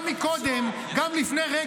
אבל אני מסביר, מאיר,